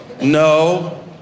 no